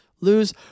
lose